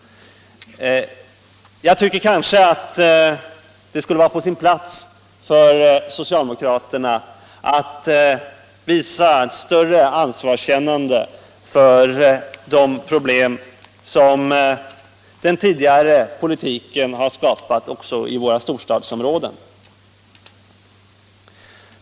Jag tycker nog att det skulle vara på sin plats för socialdemokraterna att visa ett större ansvarskännande för de problem som den tidigare politiken har skapat också i våra storstadsområden.